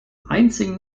einzigen